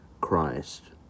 Christ